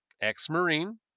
ex-Marine